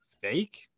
fake